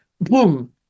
Boom